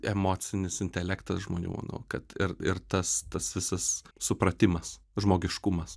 emocinis intelektas žmonių nu kad ir ir tas tas visas supratimas žmogiškumas